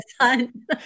son